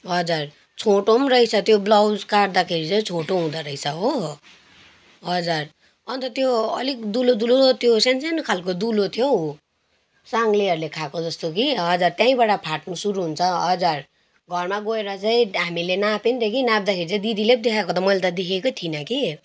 हजुर छोटो पनि रहेछ त्यो ब्लाउज काट्दाखेरि चाहिँ छोटो हुँदोरहेछ हो हजुर अन्त त्यो अलिक दुलो दुलो त्यो सानसानो खलको दुलो थियो हौ साङ्लेहरूले खाएको जस्तो कि हजुर त्यहीबाट फाट्नु सुरु हुन्छ हजुर घरमा गएर चाहिँ हामीले नाप्यो नि त कि नाप्दाखेरि चाहिँ दिदीले पो देखाएको त मैले त देखेको थिइनँ कि